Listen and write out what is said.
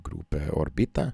grupe orbita